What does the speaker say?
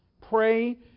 Pray